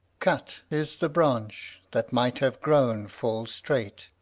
cut is the branch that might have grown full straight,